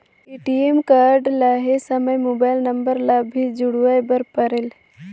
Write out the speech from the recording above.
ATM card लहे समय mobile number ला भी जुड़वाए बर परेल?